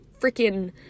freaking